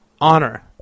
honor